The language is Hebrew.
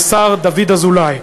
לשר דוד אזולאי.